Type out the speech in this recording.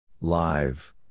Live